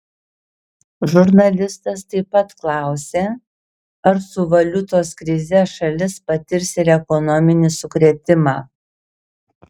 žurnalistas taip pat klausė ar su valiutos krize šalis patirs ir ekonominį sukrėtimą